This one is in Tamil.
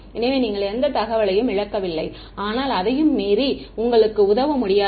எனவே நீங்கள் எந்த தகவலையும் இழக்கவில்லை ஆனால் அதையும் மீறி உங்களுக்கு உதவ முடியாது